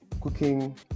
cooking